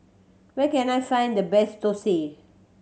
where can I find the best thosai